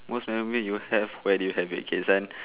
most memory you have why do you have it K this one